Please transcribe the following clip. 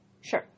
Sure